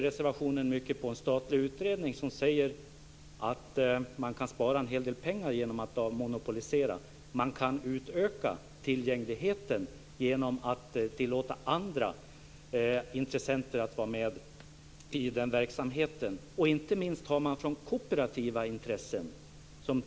Reservationen bygger på en statlig utredning där det framgår att man kan spara en del pengar på att avmonopolisera. Man kan utöka tillgängligheten genom att tillåta andra intressenter att vara med i den verksamheten. Inte minst finns det kooperativa intressen.